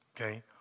Okay